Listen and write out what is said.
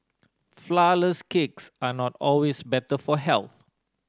flourless cakes are not always better for health